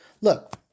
look